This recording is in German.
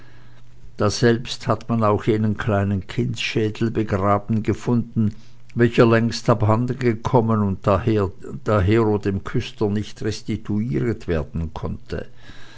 daselbst hat man auch jenen kleinen kindsschedel begraben gefunden welcher längst abhanden gekommen und dahero dem küster nicht restituiret werden konnte